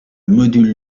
module